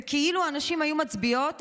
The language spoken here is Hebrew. וכי אילו הנשים היו מצביעות,